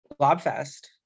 Blobfest